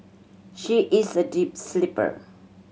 she is a deep sleeper